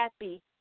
happy